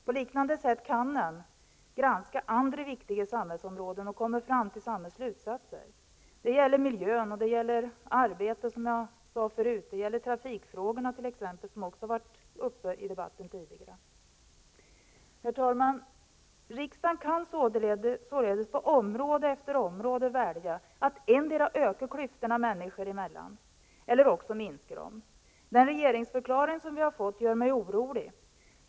På liknande sätt kan man granska andra viktiga samhällsområden och komma fram till samma slutsatser. Det gäller miljön, arbetet och trafiken, som tidigare har tagits upp i debatten. Herr talman! Riksdagen kan således på område efter område välja mellan att endera öka klyftorna människor emellan eller minska den. Den regeringsförklaring som vi har fått gör mig orolig.